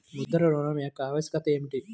ముద్ర ఋణం యొక్క ఆవశ్యకత ఏమిటీ?